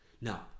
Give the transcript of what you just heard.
Now